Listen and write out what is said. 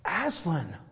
Aslan